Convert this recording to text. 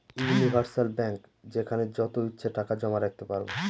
universal bank যেখানে যত ইচ্ছে টাকা জমা রাখতে পারবো